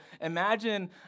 imagine